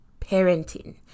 parenting